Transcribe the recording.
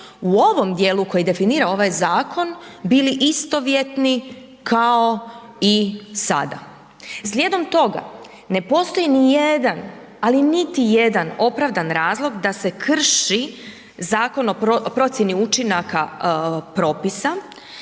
u ovom dijelu koji definira ovaj zakon bili istovjetni kao i sada. Slijedom toga ne postoji ni jedan, ali niti jedan opravdan razlog da se krši Zakon o procjeni učinaka propisa,